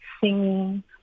singing